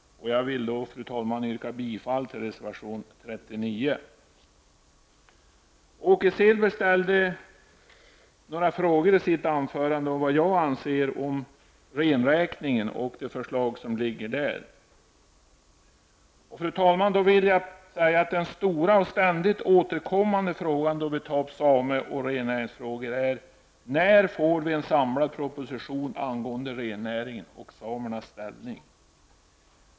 Jag vill, fru talman, yrka bifall till reservation 39. Åke Selberg ställde i sitt anförande några frågor om vad jag anser om rennäringen och det förslag som föreligger på den punkten. Jag vill då säga att den stora och ständigt återkommande frågan när vi tar upp same och rennäringsfrågor är: När får vi en samlad proposition angående rennäringen och samernas ställning?